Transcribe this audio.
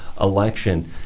election